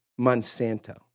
Monsanto